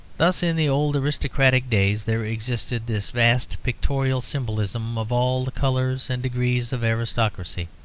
thus in the old aristocratic days there existed this vast pictorial symbolism of all the colours and degrees of aristocracy.